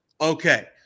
okay